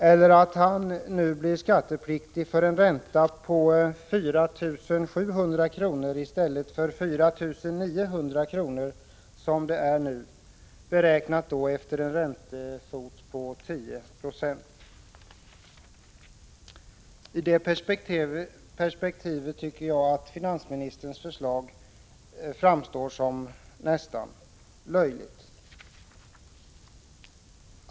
Eller att han blir skattepliktig för en ränta på 4 700 kr. i stället för 4 900 kr. som det är nu, beräknat efter en räntefot på 10 96? I det perspektivet tycker jag att finansministerns förslag framstår som nästan löjligt.